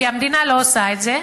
כי המדינה לא עושה את זה,